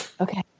okay